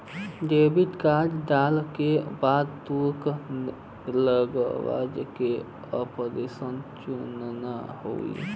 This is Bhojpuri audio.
डेबिट कार्ड डाले के बाद तोके लैंग्वेज क ऑप्शन चुनना होई